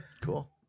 Cool